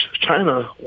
China